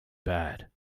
bad